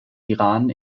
iran